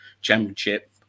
championship